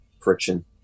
friction